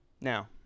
Now